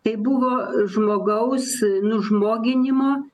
tai buvo žmogaus nužmoginimo